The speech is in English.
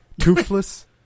toothless